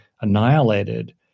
annihilated